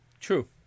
true